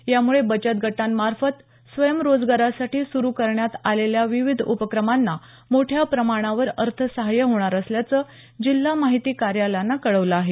यामुळे बचत गटांमार्फत स्वयंरोजगारासाठी सुरु करण्यात आलेल्या विविध उपक्रमांना मोठ्या प्रमाणावर अर्थसहाय्य होणार असल्याचंजिल्हा माहिती कार्यालयानं कळवलं आहे